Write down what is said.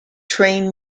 train